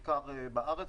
בעיקר בארץ,